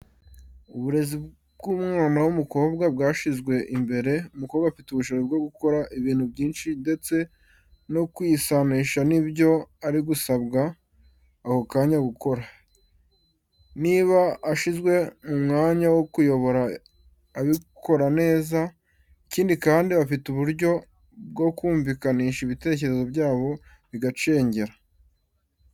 Uburezi bw’umwana w’umukobwa bwashyizwe imbere, umukobwa afite ubushobozi bwo gukora ibintu byinshi ndetse no kwisanisha n'ibyo ari gusabwa ako kanya gukora, niba ashyizwe mu mwanya wo kuyobora abikora neza, ikindi kandi bafite n’uburyo bwo kumvikanisha ibitekerezo byabo bigacengera.